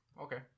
Okay